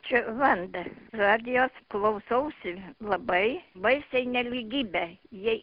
čia vanda radijos klausausi labai baisiai nelygybė jei